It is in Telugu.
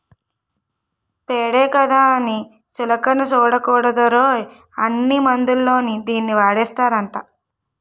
పేడే కదా అని సులకన సూడకూడదురోయ్, అన్ని మందుల్లోని దీన్నీ వాడేస్తారట